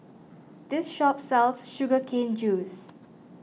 this shop sells Sugar Cane Juice